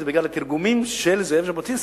זה בגלל התרגומים של זאב ז'בוטינסקי.